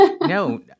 No